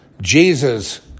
Jesus